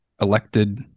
elected